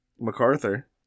MacArthur